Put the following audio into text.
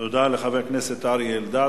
תודה לחבר הכנסת אריה אלדד.